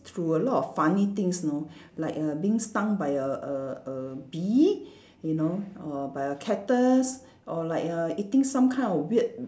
through a lot of funny things know like err being stung by a a a bee you know or by a cactus or like err eating some kind of weird